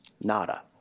Nada